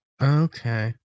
Okay